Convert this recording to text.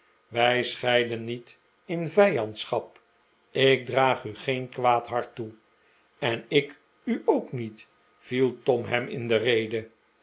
wij scheiden niet in vijandschap ik draag u geen kwaad hart toe en ik u ook niet viel tom hem in de rede